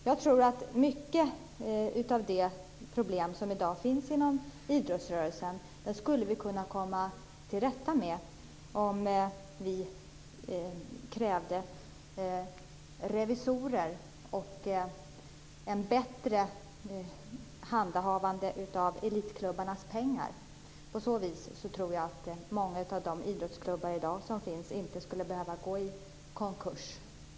Jag tror att vi skulle kunna komma till rätta med många av de problem som i dag finns inom idrottsrörelsen om vi krävde att det fanns revisorer och ett bättre handhavande av elitklubbarnas pengar. På så vis tror jag att många av de idrottsklubbar som finns i dag inte skulle behöva gå i konkurs.